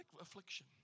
affliction